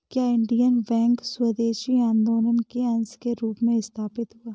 क्या Indian Bank स्वदेशी आंदोलन के अंश के रूप में स्थापित हुआ?